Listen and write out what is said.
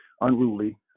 unruly